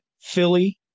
Philly